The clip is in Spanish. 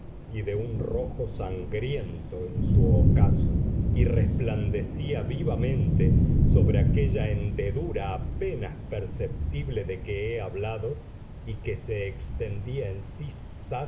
y de un rojo sangriento en su ocaso y resplandecía vivamente sobre aquella hendedura apenas perceptible de que he hablado y que se extendía en